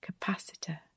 capacitor